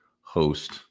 host